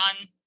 on